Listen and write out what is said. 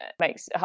makes